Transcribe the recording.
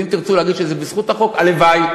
ואם תרצו להגיד שזה בזכות החוק, הלוואי.